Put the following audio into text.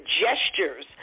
gestures